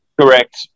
Correct